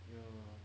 ya